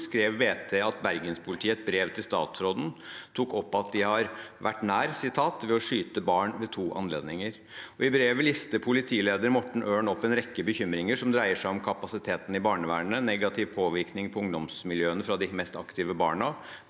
skrev BT at bergenspolitiet i et brev til statsråden tok opp at de har vært nær ved å skyte barn ved to anledninger. I brevet lister politileder Morten Ørn opp en rekke bekymringer som dreier seg om kapasiteten i barnevernet, negativ påvirkning på ungdomsmiljøene fra de mest aktive barna,